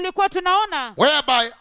whereby